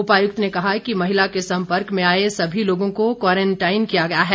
उपायुक्त ने कहा कि महिला के संपर्क में आए सभी लोगों को क्वारंटाइन किया गया है